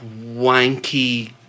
wanky